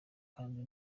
kandi